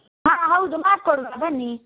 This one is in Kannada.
ಹಾಂ ಹೌದು ಮಾಡ್ಕೊಡುವ ಬನ್ನಿ